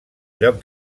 lloc